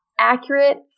accurate